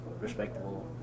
respectable